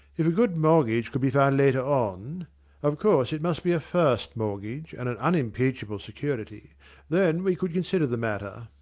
if a good mortgage could be found later on of course it must be a first mortgage and an unimpeachable security then we could consider the matter.